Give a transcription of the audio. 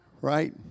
right